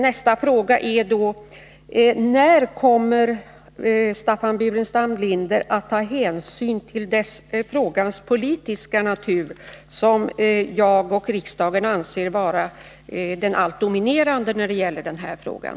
Nästa fråga lyder: När kommer Staffan Burenstam Linder att ta hänsyn till frågans politiska natur, som jag och riksdagen anser vara det viktigaste när det gäller den här frågan?